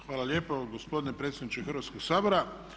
Hvala lijepo gospodine predsjedniče Hrvatskog sabora.